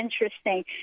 interesting